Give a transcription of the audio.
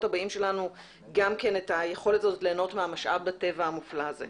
הבאים שלנו את היכולת הזאת ליהנות ממשאב הטבע המופלא הזה.